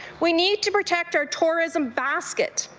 we need to protect our tirism basket,